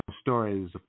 stories